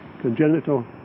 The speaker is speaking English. congenital